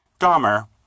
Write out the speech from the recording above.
Dahmer